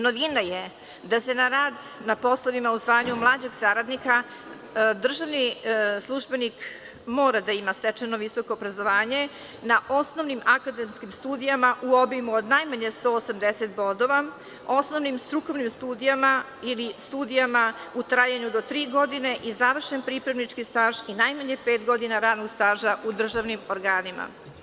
Novina je da se na rad na poslovima usvajanju mlađeg saradnika, državni službenik mora da ima stečeno visoko obrazovanje na osnovnim akademskim studijama u obimu od najmanje 180 bodova, osnovnim strukovnim studijama ili studijama u trajanju do tri godine i završen pripravnički staž i najmanje pet godina radnog staža u državnim organima.